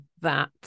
that-